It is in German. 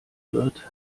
wird